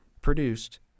produced